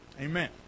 Amen